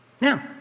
Now